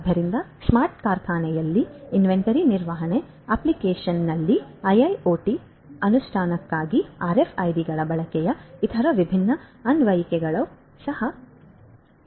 ಆದ್ದರಿಂದ ಸ್ಮಾರ್ಟ್ ಕಾರ್ಖಾನೆಯಲ್ಲಿನ ಇನ್ವೆಂಟರಿ ನಿರ್ವಹಣಾ ಅಪ್ಲಿಕೇಶನ್ನಲ್ಲಿ ಐಐಒಟಿ ಅನುಷ್ಠಾನಕ್ಕಾಗಿ ಆರ್ಎಫ್ಐಡಿಗಳ ಬಳಕೆಯ ಇತರ ವಿಭಿನ್ನ ಅನ್ವಯಿಕೆಗಳು ಸಹ ಇವುಗಳಾಗಿವೆ